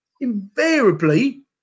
invariably